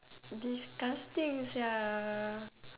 disgusting sia